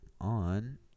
on